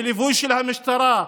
בליווי של המשטרה,